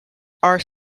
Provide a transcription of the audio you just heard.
are